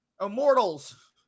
Immortals